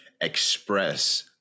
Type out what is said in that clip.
express